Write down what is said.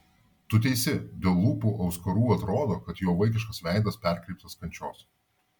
tu teisi dėl lūpų auskarų atrodo kad jo vaikiškas veidas perkreiptas kančios